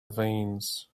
veins